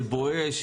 של "בואש",